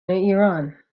ایران